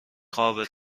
خوابه